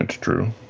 true,